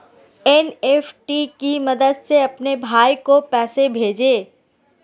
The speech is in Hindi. एन.ई.एफ.टी की मदद से अपने भाई को पैसे भेजें